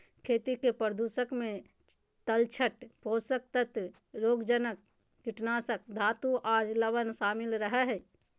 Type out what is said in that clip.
खेती के प्रदूषक मे तलछट, पोषक तत्व, रोगजनक, कीटनाशक, धातु आर लवण शामिल रह हई